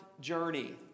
journey